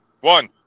One